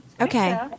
Okay